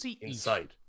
inside